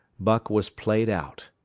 buck was played out.